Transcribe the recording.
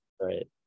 right